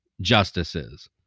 justices